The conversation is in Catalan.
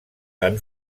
tan